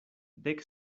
dek